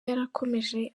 yarakomeje